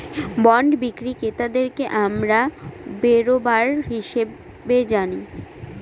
bond বিক্রি ক্রেতাদেরকে আমরা বেরোবার হিসাবে জানি